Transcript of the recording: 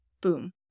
Boom